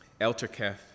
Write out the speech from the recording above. Elterketh